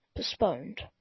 postponed